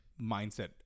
mindset